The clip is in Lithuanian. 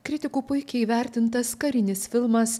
kritikų puikiai įvertintas karinis filmas